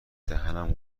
دهنم